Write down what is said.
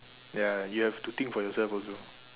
ya you have to think for yourself also